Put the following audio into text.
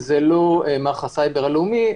זה לא מערך הסייבר הלאומי.